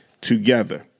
together